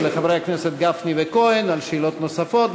גפני וכהן על השאלות הנוספות,